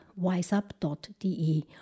wiseup.de